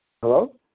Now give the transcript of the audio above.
Hello